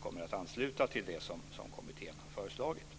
kommer att ansluta till det som kommittén har föreslagit.